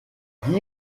guy